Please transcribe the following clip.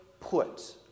put